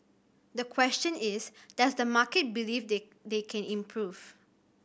the question is does the market believe they they can improve